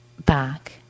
back